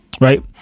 right